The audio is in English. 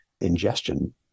ingestion